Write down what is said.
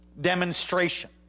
Demonstration